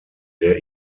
der